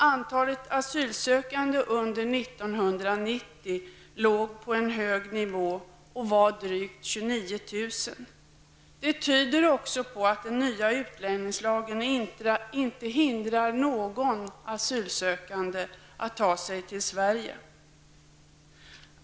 Antalet asylsökande under 1990 låg på en hög nivå -- det var drygt 29 000. Det tyder också på att den nya utlänningslagen inte hindrar någon asylsökande att ta sig till Sverige.